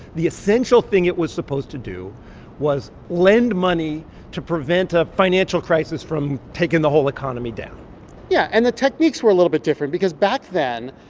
the essential thing it was supposed to do was lend money to prevent a financial crisis from taking the whole economy down yeah. and the techniques were a little bit different because back then,